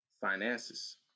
Finances